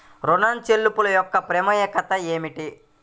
ఋణ చెల్లింపుల యొక్క ప్రాముఖ్యత ఏమిటీ?